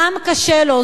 העם, קשה לו.